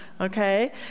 Okay